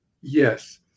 Yes